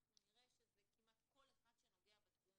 אנחנו נראה שזה כמעט כל אחד שנוגע בתחום